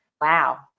wow